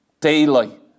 daily